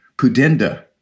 pudenda